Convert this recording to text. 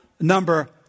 number